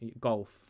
golf